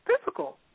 physical